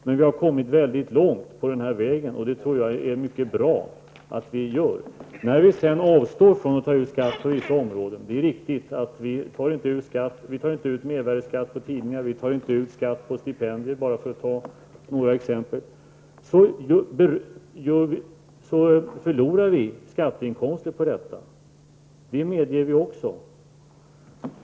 Men vi har kommit mycket långt på den här vägen, och det tror jag är mycket bra. Vi avstår från att ta ut skatt på vissa områden. Vi tar t.ex. inte ut mervärdeskatt på tidningar eller skatt på stipendier. Därigenom förlorar vi skatteinkomster. Det medger vi också.